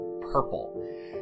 purple